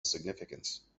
significance